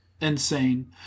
insane